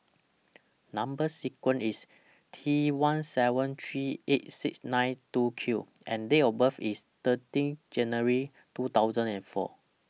Number sequence IS T one seven three eight six nine two Q and Date of birth IS thirty January two thousand and four